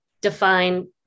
define